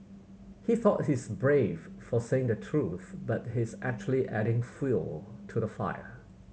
he thought he's brave for saying the truth but he's actually adding fuel to the fire